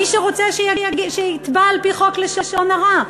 מי שרוצה, שיתבע על-פי חוק לשון הרע.